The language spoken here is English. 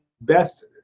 best